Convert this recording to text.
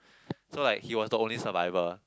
so like he was the only survivor